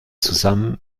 zusammen